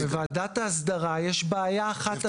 בוועדת האסדרה יש בעיה אחת אקוטית ומהותית.